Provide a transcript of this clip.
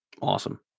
awesome